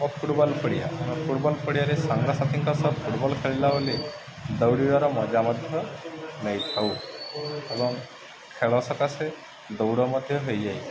ଓ football ପଡ଼ିଆ football ପଡ଼ିଆରେ ସାଙ୍ଗସାଥିୀଙ୍କ ସହ ଫୁଟବଲ୍ ଖେଳିଲା ବେଲେ ଦୌଡ଼ିବାର ମଜା ମଧ୍ୟ ନେଇଥାଉ ଏବଂ ଖେଳ ସକାଶେ ଦୌଡ଼ ମଧ୍ୟ ହୋଇଯାଏ